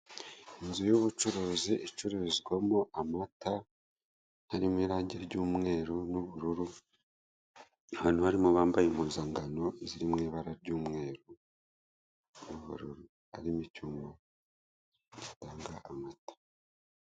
Inzu y'ubucuruzi icururizwamo amata, harimo irange ry'umweru n'ubururu, abantu barimo bambaye impuzankano ziri mu ibara ry'umweru n'ubururu, harimo icyuma gitanga amata.